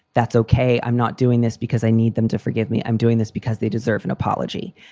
that's ok. i'm not doing this because i need them to forgive me. i'm doing this because they deserve an apology.